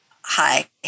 Hi